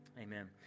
amen